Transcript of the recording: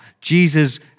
Jesus